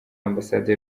ambasade